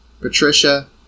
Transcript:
Patricia